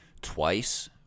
twice